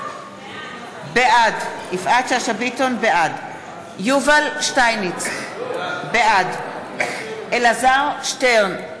בעד יובל שטייניץ, בעד אלעזר שטרן,